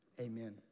amen